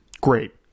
great